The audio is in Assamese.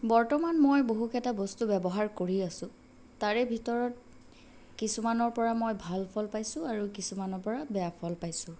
বৰ্তমান মই বহু কেইটা বস্তু ব্যৱহাৰ কৰি আছোঁ তাৰে ভিতৰত কিছুমানৰ পৰা মই ভাল ফল পাইছোঁ আৰু কিছুমানৰ পৰা বেয়া ফল পাইছোঁ